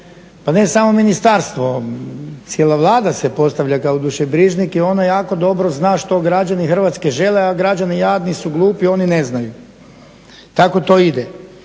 Pa ne samo ministarstvo, cijela Vlada se postavlja kao dušebrižnik i ona jako dobro zna što građani Hrvatske žele a građani jadni su glupi, oni ne znaju. Tako to ide.